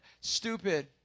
stupid